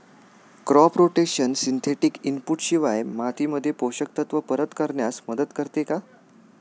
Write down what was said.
Crop rotation synthetic input शिवाय मातीमध्ये पोषक तत्त्व परत करण्यास मदत करते का?